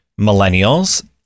millennials